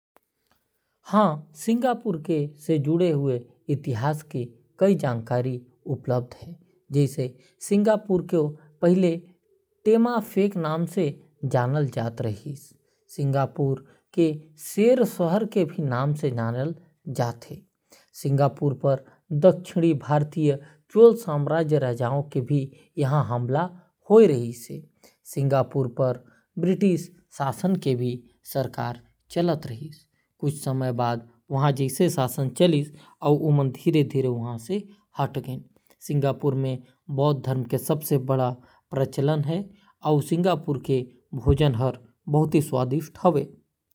सिंगापुर के इतिहास के कहानी ए प्रकार हावय। सिंगापुर ल पहिली टेमासेक के नाव ले जाने जाथे। चौदहवीं सदी के अंत म तेमासेक के नाव बदलके सिंगापुरा कर दे गीस। सिंगापुर ल 'लायन सिटी' के नाव ले जाने जाथे। सिंगापुर म कई घांव हमला होय हे। बछर उन्नीस सौ बयालीस म दूसर विशव युद्ध के दउरान जापानी सेना ह सिंगापुर म कब्जा कर लेहे।